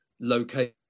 location